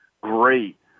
great